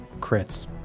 crits